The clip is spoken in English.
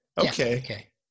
Okay